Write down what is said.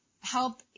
help